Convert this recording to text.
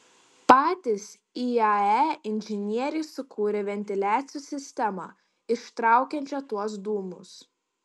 patys iae inžinieriai sukūrė ventiliacijos sistemą ištraukiančią tuos dūmus